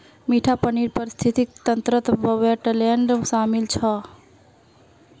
मीठा पानीर पारिस्थितिक तंत्रत वेट्लैन्ड शामिल छ